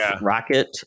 rocket